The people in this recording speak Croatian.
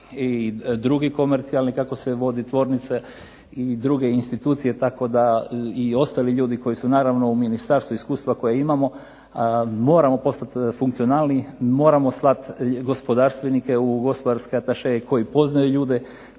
i drugi komercijalni, kako se vode tvornice i druge institucije, tako da i ostali ljudi koji su u ministarstvu iskustva koja imamo, moramo postati funkcionalniji, moramo slati gospodarstvenike u gospodarske atešee koji poznaju ljude,